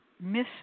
Miss